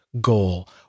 goal